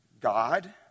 God